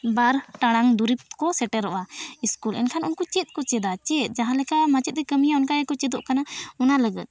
ᱵᱟᱨ ᱴᱟᱲᱟᱝ ᱫᱩᱨᱤᱵ ᱠᱚ ᱥᱮᱴᱮᱨᱚᱜᱼᱟ ᱥᱠᱩᱞ ᱮᱱᱠᱷᱟᱱ ᱩᱱᱠᱩ ᱪᱮᱫ ᱠᱚ ᱪᱮᱫᱟ ᱡᱟᱦᱟᱸ ᱞᱮᱠᱟ ᱢᱟᱪᱮᱫ ᱮ ᱠᱟᱹᱢᱤᱭᱟ ᱚᱱᱠᱟ ᱜᱮᱠᱚ ᱪᱮᱫᱚᱜ ᱠᱟᱱᱟ ᱚᱱᱟ ᱟᱹᱜᱤᱫ